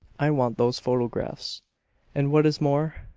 i want those photographs and what is more,